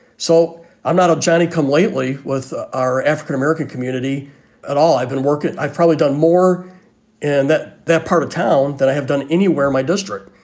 so i'm not a johnny come lately with ah our african-american community at all. i've been working. i've probably done more and that that part of town that i have done anywhere, my district.